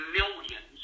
millions